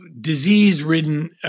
disease-ridden